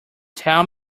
tell